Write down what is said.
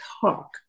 talk